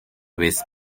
vez